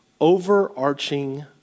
overarching